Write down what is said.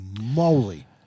moly